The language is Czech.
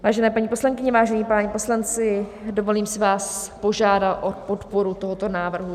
Vážené paní poslankyně, vážení páni poslanci, dovolím si vás požádat o podporu tohoto návrhu.